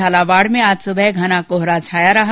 झालावाड़ में आज सुबह घना कोहरा छाया रहा